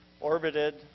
orbited